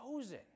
chosen